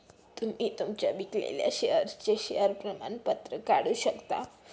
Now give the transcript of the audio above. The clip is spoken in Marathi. तुम्ही तुमच्या विकलेल्या शेअर्सचे शेअर प्रमाणपत्र काढू शकता